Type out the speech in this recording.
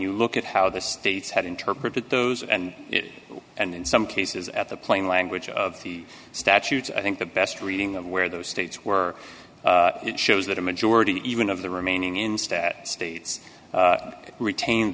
you look at how the states had interpreted those and and in some cases at the plain language of the statute i think the best reading of where those states were it shows that a majority even of the remaining instead states retain